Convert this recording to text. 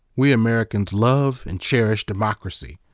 we americans love and cherish democracy.